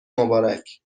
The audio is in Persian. مبارک